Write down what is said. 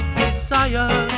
desire